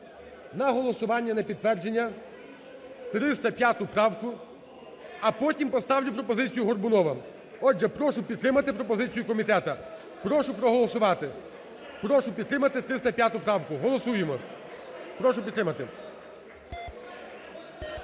на голосування на підтвердження 305 правку, а потім поставлю пропозицію Горбунова. Отже, прошу підтримати пропозицію комітету, прошу проголосувати. Прошу підтримати 305 правку. Голосуємо. Прошу підтримати.